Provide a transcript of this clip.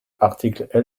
articles